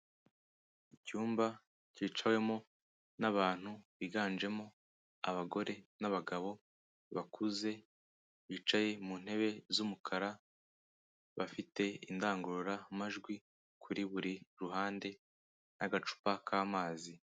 Icyumba cyicawemo n'abantu biganjemo abagore n'abagabo bakuze bicaye mu ntebe z'umukara, bafite indangururamajwi kuri buri ruhande n'agacupa k'amazi.